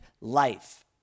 life